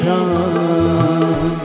Ram